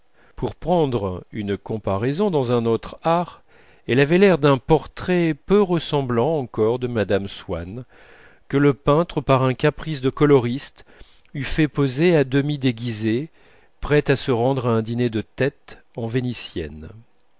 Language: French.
pour prendre une comparaison dans un autre art elle avait l'air d'un portrait peu ressemblant encore de mme swann que le peintre par un caprice de coloriste eût fait poser à demi déguisée prête à se rendre à un dîner de têtes en vénitienne